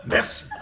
Merci